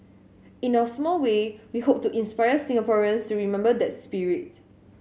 in our small way we hope to inspire Singaporeans to remember that spirit